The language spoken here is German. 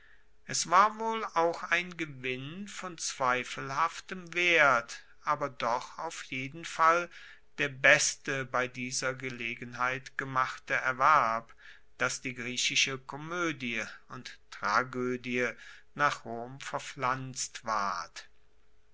es war wohl auch ein gewinn von zweifelhaftem wert aber doch auf jeden fall der beste bei dieser gelegenheit gemachte erwerb dass die griechische komoedie und tragoedie nach rom verpflanzt ward